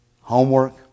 Homework